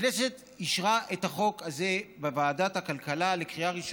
הכנסת אישרה את החוק הזה בוועדת הכלכלה לקריאה ראשונה.